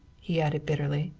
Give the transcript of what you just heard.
he added bitterly.